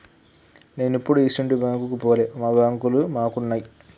నేనెప్పుడూ ఇసుంటి బాంకుకు పోలే, మా బాంకులు మాకున్నయ్